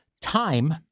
Time